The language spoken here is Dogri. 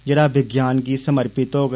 जेहड़ा विज्ञान गी समर्पित होग